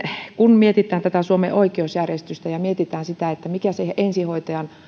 kun mietitään suomen oikeusjärjestystä ja mietitään sitä mikä on se ensihoitajan